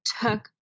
took